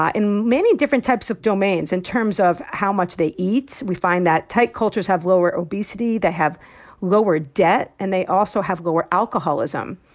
ah in many different types of domains, in terms of how much they eat, we find that tight cultures have lower obesity. they have lower debt. and they also have lower alcoholism.